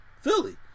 Philly